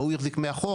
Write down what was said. ההוא החזיק מאחורה,